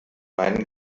meinen